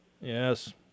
Yes